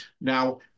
Now